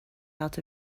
out